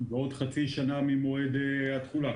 ועוד חצי שנה ממועד התחולה.